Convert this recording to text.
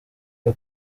rwa